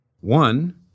One